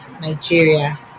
Nigeria